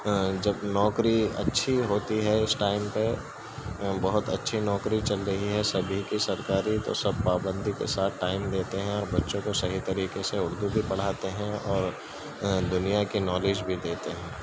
جب نوکری اچھی ہوتی ہے اس ٹائم پہ بہت اچھی نوکری چل رہی ہے سبھی کی سرکاری تو سب پابندی کے ساتھ ٹائم دیتے ہیں اور بچوں کو صحیح طریقے سے اردو بھی پڑھاتے ہیں اور دنیا کی نالج بھی دیتے ہیں